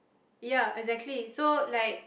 ya exactly so like